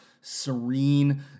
serene